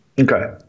Okay